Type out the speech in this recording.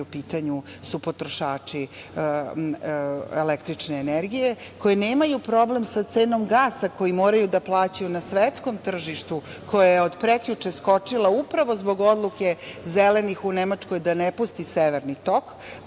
u pitanju potrošači električne energije, koji nemaju problem sa cenom gasa koji moraju da plaćaju na svetskom tržištu, koja je od prekjuče skočila upravo zbog odluke Zelenih u Nemačkoj da ne pusti severni tok,